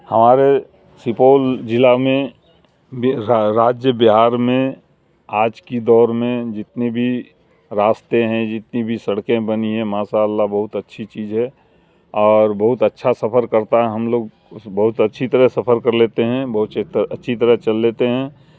ہمارے سپول ضلع میں راج بہار میں آج کی دور میں جتنی بھی راستے ہیں جتنی بھی سڑکیں بنی ہیں ماشاء اللہ بہت اچھی چیز ہے اور بہت اچھا سفر کرتا ہے ہم لوگ اس بہت اچھی طرح سفر کر لیتے ہیں بہت اچھی طرح چل لیتے ہیں